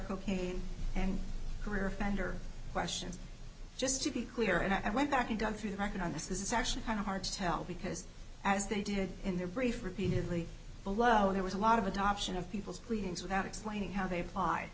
cocaine and career offender questions just to be clear and i went back and got through the market on this is actually kind of hard to tell because i as they did in their brief repeatedly below there was a lot of adoption of people's pleadings without explaining how they applied